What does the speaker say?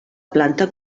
planta